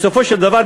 בסופו של דבר,